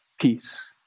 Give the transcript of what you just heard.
peace